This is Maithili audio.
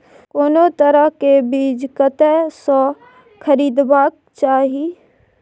कोनो तरह के बीज कतय स खरीदबाक चाही?